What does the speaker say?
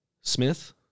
Smith